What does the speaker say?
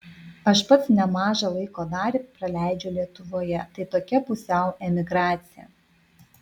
aš pats nemažą laiko dalį praleidžiu lietuvoje tai tokia pusiau emigracija